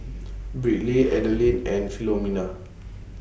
Briley Adeline and Philomena